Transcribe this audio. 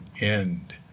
end